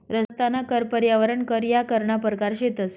रस्ताना कर, पर्यावरण कर ह्या करना परकार शेतंस